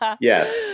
Yes